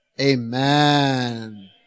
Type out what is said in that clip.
Amen